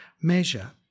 measure